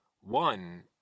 one